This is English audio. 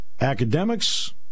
academics